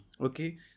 okay